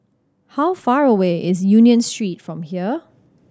how far away is Union Street from here